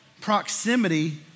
proximity